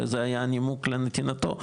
זה היה הנימוק לנתינתו,